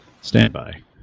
Standby